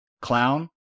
clown